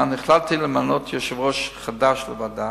החלטתי למנות יושב-ראש חדש לוועדה,